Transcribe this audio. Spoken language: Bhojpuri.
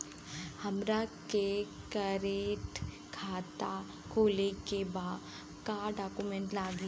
हमारा के करेंट खाता खोले के बा का डॉक्यूमेंट लागेला?